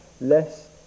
less